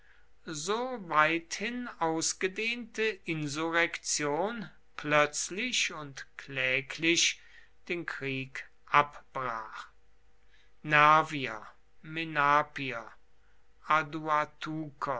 so weithin ausgedehnte insurrektion plötzlich und kläglich den krieg abbrach nervier